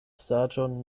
saĝon